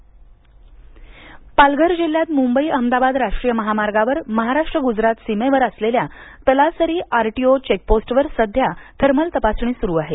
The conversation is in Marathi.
निर्बंध पालघर पालघर जिल्ह्यात मुंबई अहमदाबाद राष्ट्रीय महामार्गावर महाराष्ट्र गुजरात सीमेवर असलेल्या तलासरी आरटीओ चेकपोस्टवर सध्या ही थर्मल तपासणी सुरू आहे